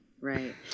right